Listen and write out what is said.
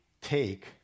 take